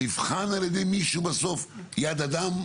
נבחן על ידי מישהו, על ידי יד אדם?